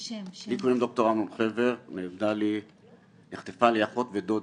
לי קוראים ד"ר אמנון חבר, נחטפה לי אחות ודודה,